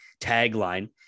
tagline